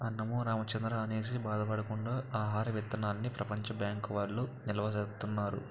అన్నమో రామచంద్రా అనేసి బాధ పడకుండా ఆహార విత్తనాల్ని ప్రపంచ బ్యాంకు వౌళ్ళు నిలవా సేత్తన్నారు